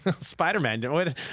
Spider-Man